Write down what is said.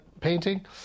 painting